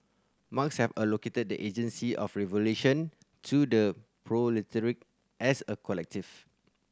Marx have allocated the agency of revolution to the proletariat as a collective